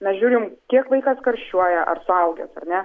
mes žiūrim kiek vaikas karščiuoja ar suaugęs ar ne